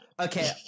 Okay